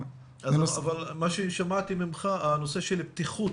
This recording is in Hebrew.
מה ששמעתי ממך, הנושא של בטיחות,